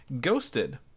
ghosted